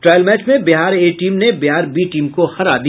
trial match में Bihar A team ने Bihar B team को हरा दिया